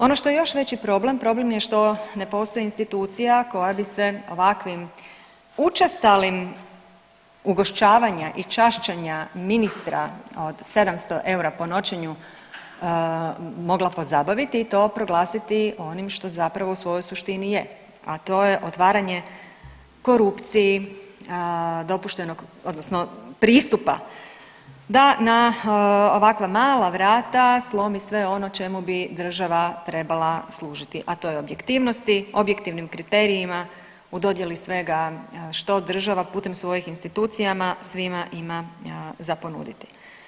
Ono što je još veći problem, problem je što ne postoji institucija koja bi se ovakvim učestalim ugošćavanja i čašćenja ministra od 700 eura po noćenju mogla pozabaviti i to proglasiti onim što zapravo u svojoj suštini je, a to je otvaranje korupciji, dopuštenog odnosno pristupa da na ovakva mala vrata slomi sve ono čemu bi država trebala služiti, a to je objektivnosti, objektivnim kriterijima u dodjeli svega što država putem svojih institucijama svima ima za ponuditi.